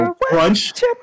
Crunch